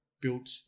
Built